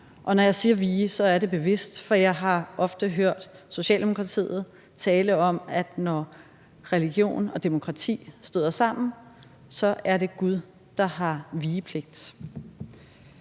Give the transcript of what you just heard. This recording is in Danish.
Og når jeg siger »vige«, er det bevidst, for jeg har ofte hørt Socialdemokratiet tale om, at når religion og demokrati støder sammen, er det Gud, der har vigepligt.